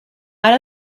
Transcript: out